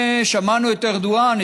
שמענו את ארדואן,